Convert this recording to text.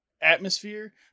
atmosphere